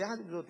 אבל עם זאת,